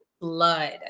blood